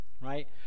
right